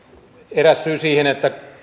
eräs syy siihen